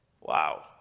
Wow